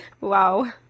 wow